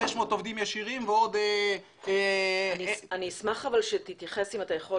500 עובדים ישירים ועוד --- אני אשמח שתתייחס אם אתה יכול